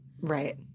Right